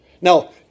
Now